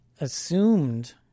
assumed